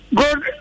good